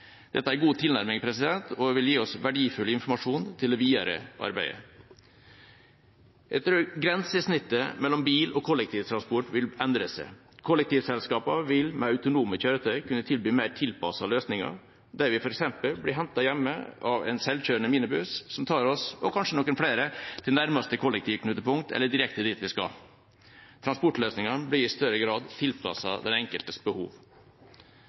Dette er en god tilnærming, som vil gi oss verdifull informasjon til det videre arbeidet. Jeg tror grensesnittet mellom bil- og kollektivtransport vil endre seg. Kollektivselskapene vil med autonome kjøretøy kunne tilby mer tilpassede løsninger, der vi f.eks. blir hentet hjemme av en selvkjørende minibuss som tar oss – og kanskje noen flere – til nærmeste kollektivknutepunkt eller direkte dit vi skal. Transportløsningene blir i større grad tilpasset den enkeltes behov.